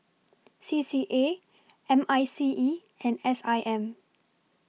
C C A M I C E and S I M